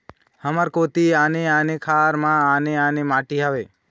हमर कोती आने आने खार म आने आने माटी हावे?